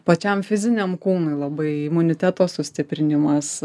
pačiam fiziniam kūnui labai imuniteto sustiprinimas